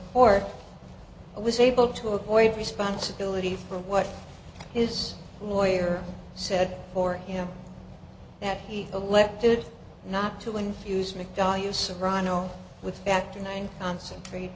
court was able to avoid responsibility for what his lawyer said for him that he elected not to infuse mcdonnell you serrano with factor nine concentrate